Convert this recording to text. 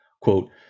Quote